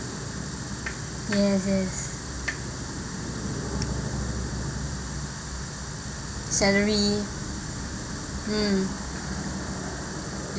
yes yes salary mm